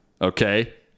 Okay